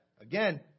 again